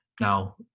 now